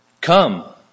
Come